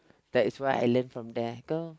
that is what I learn from there girl